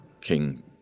King